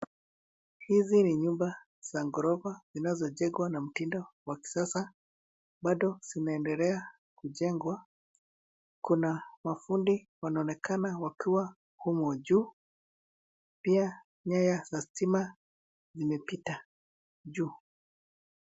Hizi ni nyumba za ghorofa zinazijengwa na mtindo wa kisasa, bado zinaendelea kujengwa. Kuna mafundi wanaonekana wakiwa humo juu. Pia nyaya za stima vimepita juu.